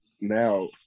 now